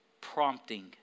prompting